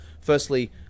firstly